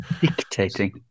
Dictating